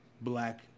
black